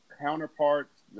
counterparts